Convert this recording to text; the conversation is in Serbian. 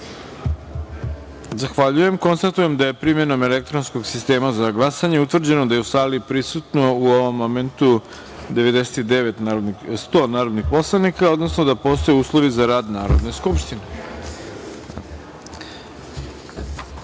jedinice. Konstatujem da je, primenom elektronskog sistema za glasanje, utvrđeno da je u sali prisutno u ovom momentu 100 narodnih poslanika, odnosno da postoje uslovi za rad Narodne